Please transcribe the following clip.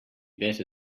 better